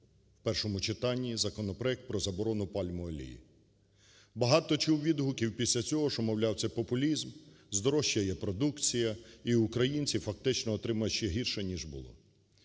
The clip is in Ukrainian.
в першому читанні законопроект про заборону пальмової олії. Багато чув відгуків після цього, що, мовляв, це популізм, здорожчає продукція, і українці фактично отримають ще гірше, ніж було.